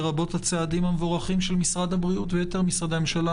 לרבות הצעדים המבורכים של משרד הבריאות ויתר משרדי הממשלה,